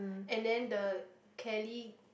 and then the Kelly